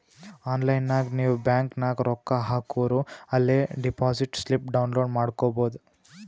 online ನಾಗ್ ನೀವ್ bank ನಾಗ್ ರೊಕ್ಕಾ ಹಾಕೂರ ಅಲೇ ಡೆಪೋಸಿಟ್ ಸ್ಲಿಪ್ ಡೌನ್ಲೋಡ್ ಮಾಡ್ಕೊಬೋದು